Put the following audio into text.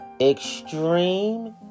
Extreme